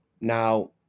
now